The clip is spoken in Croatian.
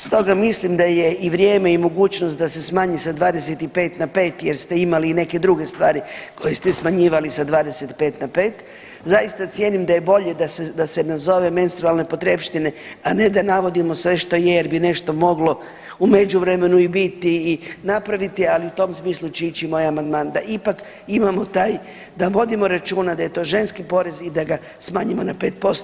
Stoga mislim da je i vrijeme i mogućnost da se smanji sa 25 na 5 jer ste imali i neke druge stvari koje ste smanjivali sa 25 na 5. Zaista cijenim da je bolje da se nazove menstrualne potrepštine, a ne da navodimo sve što je jer bi nešto moglo u međuvremenu i biti i napraviti, ali u tom smislu će ići moj amandman da ipak imamo taj, da vodimo računa da je to ženski porez i da ga smanjimo na 5%